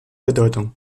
bedeutung